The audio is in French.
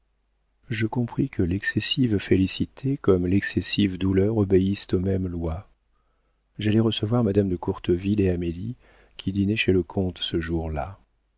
je compris que l'excessive félicité comme l'excessive douleur obéissent aux mêmes lois j'allai recevoir madame de courteville et amélie qui dînaient chez le comte ce jour-là